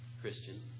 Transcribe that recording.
Christian